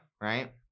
right